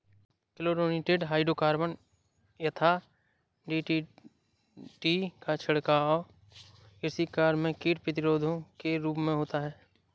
chlorinated hydrocarbon यथा DDT का छिड़काव कृषि कार्य में कीट प्रतिरोधी के रूप में होता है